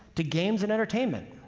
to games, and entertainment.